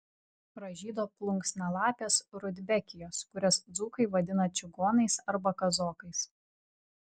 pražydo plunksnalapės rudbekijos kurias dzūkai vadina čigonais arba kazokais